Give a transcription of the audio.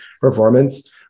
performance